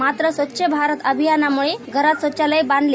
मात्र स्वच्छ भारत अभियानामुळं घरात शौचालय बांधले